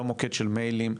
לא מוקד של מיילים.